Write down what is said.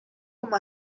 como